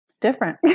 Different